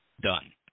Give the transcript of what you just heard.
Done